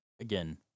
again